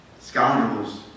scoundrels